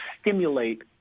stimulate